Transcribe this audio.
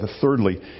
thirdly